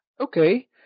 okay